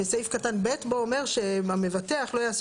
וסעיף קטן (ב) בוא אומר שהמבטח לא יעשה